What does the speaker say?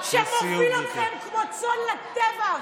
מוביל אתכם כמו צאן לטבח.